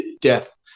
death